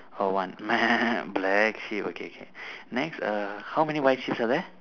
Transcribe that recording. oh one black sheeps okay K next err how many white sheeps are there